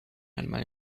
einmal